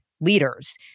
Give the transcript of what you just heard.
leaders